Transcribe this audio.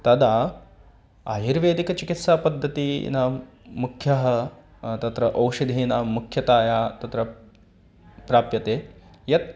तदा आयुर्वेदिकचिकित्सा पद्धतीनां मुख्यः तत्र ओषधीनां मुख्यतया तत्र प्राप्यते यत्